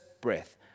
breath